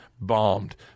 bombed